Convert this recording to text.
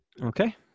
Okay